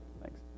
Thanks